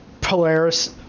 Polaris